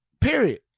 Period